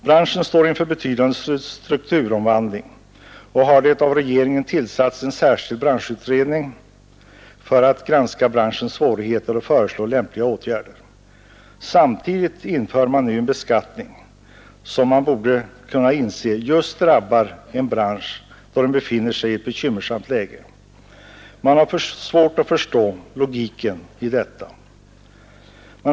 Branschen står inför en betydande strukturomvandling, och det har av regeringen tillsatts en särskild branschutredning för att granska dess svårigheter och föreslå lämpliga åtgärder. Samtidigt inför man nu en beskattning som man borde kunna inse drabbar branschen just då den befinner sig i ett bekymmersamt läge. Det är svårt att förstå logiken i detta.